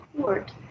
court